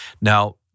Now